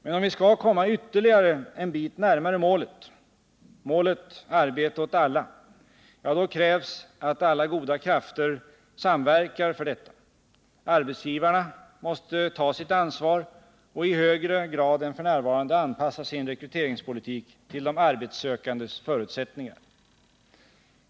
Men om vi skall komma ytterligare en bit närmare målet arbete åt alla krävs att alla goda krafter samverkar för detta. Arbetsgivarna måste ta sitt ansvar och i högre grad än f. n. anpassa sin rekryteringspolitik till de arbetssökandes förutsättningar.